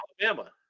Alabama